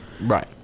Right